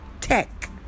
Tech